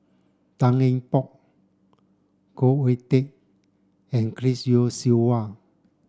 Tan Eng Bock Khoo Oon Teik and Chris Yeo Siew Hua